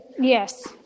Yes